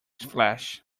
fresh